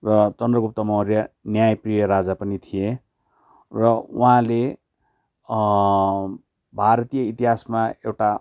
र चन्द्रगुप्त मौर्य न्यायप्रिय राजा पनि थिए र वहाँले भारतीय इतिहासमा एउटा